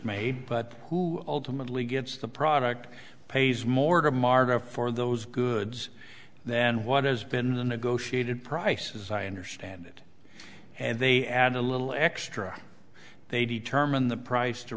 made but who ultimately gets the product pays more tomorrow for those goods then what has been the negotiated price as i understand it and they add a little extra they determine the price to